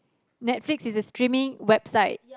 Netflix is a streaming website